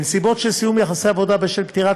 2. בנסיבות של סיום יחסי עבודה בשל פטירת